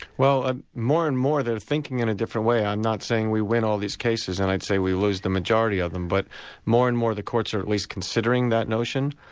well ah more and more they're thinking in a different way. i'm not saying we win all these cases, and i'd say we lose the majority of them, but more and more the courts are at least considering that notion.